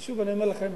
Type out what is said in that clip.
ושוב, אני אומר לכם